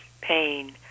pain